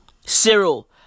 Cyril